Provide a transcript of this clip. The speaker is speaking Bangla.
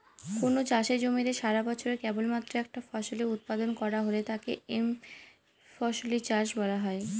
কোনো চাষের জমিতে সারাবছরে কেবলমাত্র একটা ফসলের উৎপাদন করা হলে তাকে একফসলি চাষ বলা হয়